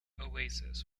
oasis